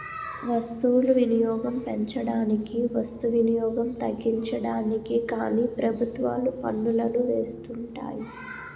వస్తువులు వినియోగం పెంచడానికి వస్తు వినియోగం తగ్గించడానికి కానీ ప్రభుత్వాలు పన్నులను వేస్తుంటాయి